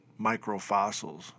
microfossils